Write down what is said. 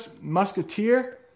Musketeer